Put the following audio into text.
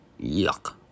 Yuck